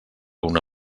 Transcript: una